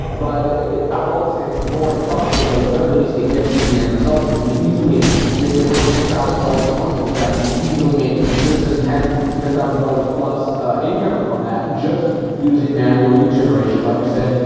ah but i would almost say it's a boring process, but at the very least it gets you the end results and you can easily make your first ten thousand dollars a month with that, you can easily make a consistent ten ten thousand dollars plus income from that just using manual lead generation. like i said,